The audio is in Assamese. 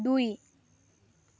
দুই